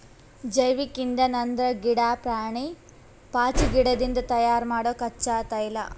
ಜೈವಿಕ್ ಇಂಧನ್ ಅಂದ್ರ ಗಿಡಾ, ಪ್ರಾಣಿ, ಪಾಚಿಗಿಡದಿಂದ್ ತಯಾರ್ ಮಾಡೊ ಕಚ್ಚಾ ತೈಲ